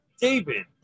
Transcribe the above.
David